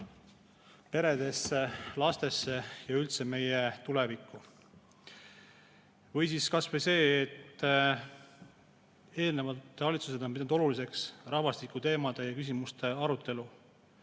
peredesse, lastesse ja üldse meie tulevikku. Või kas või see, et eelnevad valitsused on pidanud oluliseks rahvastikuteemade ja ‑küsimuste arutelu,